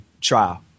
trial